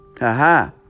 Aha